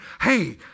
hey